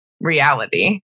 reality